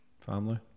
Family